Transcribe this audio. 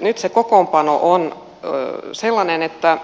nyt se kokoonpano on sellainen että